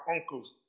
uncles